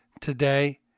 Today